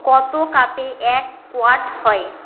কতো কাপে এক কোয়াট হয়